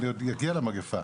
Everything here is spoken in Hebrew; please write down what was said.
אני עוד אגיע למגפה.